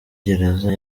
gereza